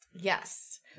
Yes